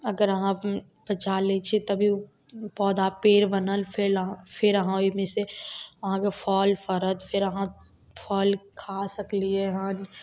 अगर अहाँ बचा लै छी तबे उ पेड़ बनल फेल फेर अहाँ ओइमे सँ अहाँके फल फड़त फेर अहाँ फल खा सकलियै हन